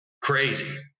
crazy